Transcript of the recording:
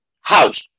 House